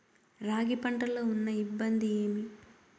రాగి పంటలో ఉన్న ఇబ్బంది ఏమి?